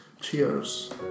Cheers